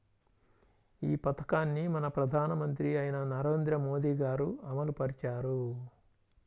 ఈ పథకాన్ని మన ప్రధానమంత్రి అయిన నరేంద్ర మోదీ గారు అమలు పరిచారు